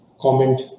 comment